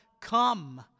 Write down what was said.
come